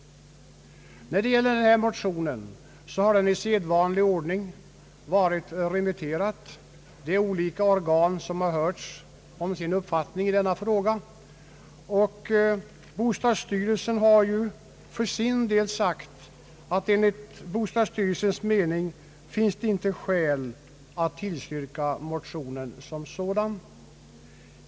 Den motion som nu behandlas har i sedvanlig ordning varit remitterad. Olika organ har hörts om sin uppfattning i denna fråga. Bostadsstyrelsen har för sin del sagt, att det enligt dess mening inte finns skäl att tillstyrka motionen som sådan.